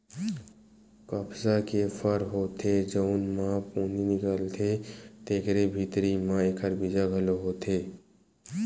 कपसा के फर होथे जउन म पोनी निकलथे तेखरे भीतरी म एखर बीजा घलो होथे